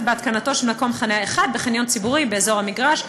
בהתקנת מקום חניה אחד בחניון ציבורי באזור המגרש,